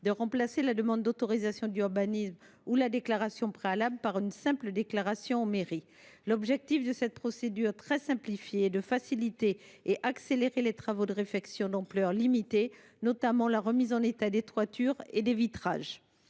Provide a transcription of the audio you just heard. de remplacer la demande d’autorisation d’urbanisme ou la déclaration préalable par une simple déclaration en mairie. L’objectif est de faciliter et accélérer les travaux de réfection d’ampleur limitée, notamment la remise en état des toitures et des vitrages.